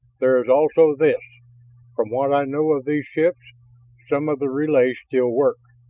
there is also this from what i know of these ships some of the relays still work.